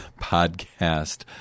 podcast